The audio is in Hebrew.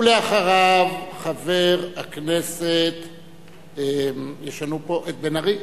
אחריו, חבר הכנסת בן-ארי.